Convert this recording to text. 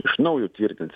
iš naujo tvirtins